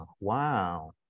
wow